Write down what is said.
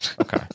Okay